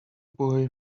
boy